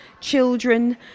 children